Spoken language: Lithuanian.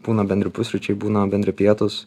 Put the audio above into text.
būna bendri pusryčiai būna bendri pietūs